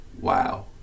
Wow